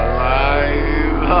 Alive